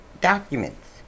documents